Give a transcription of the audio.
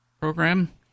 Program